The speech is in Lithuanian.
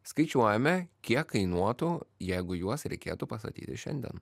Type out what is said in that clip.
skaičiuojame kiek kainuotų jeigu juos reikėtų pastatyti šiandien